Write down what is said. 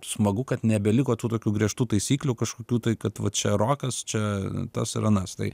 smagu kad nebeliko tų tokių griežtų taisyklių kažkokių tai kad va čia rokas čia tas ir anas tai